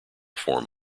form